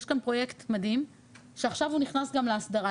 יש כאן פרויקט מדהים שעכשיו הוא נכנס גם להסדרה,